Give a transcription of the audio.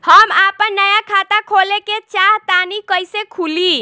हम आपन नया खाता खोले के चाह तानि कइसे खुलि?